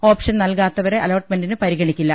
option നൽകാത്തവരെ അലോട്ട്മെന്റിന് പരിഗണിക്കില്ല